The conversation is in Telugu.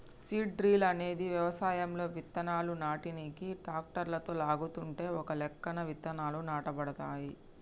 సీడ్ డ్రిల్ అనేది వ్యవసాయంలో విత్తనాలు నాటనీకి ట్రాక్టరుతో లాగుతుంటే ఒకలెక్కన విత్తనాలు నాటబడతాయి